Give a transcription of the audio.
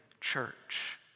church